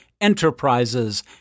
enterprises